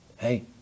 Hey